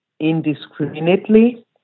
indiscriminately